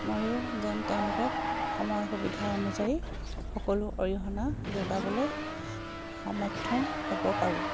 ময়ো যেন তেওঁলোকক সময় সুবিধা অনুযায়ী সকলো অৰিহণা যোগাবলৈ সমৰ্থন হ'ব পাৰোঁ